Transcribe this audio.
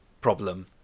problem